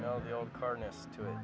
know the old car next to it